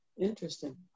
Interesting